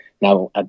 Now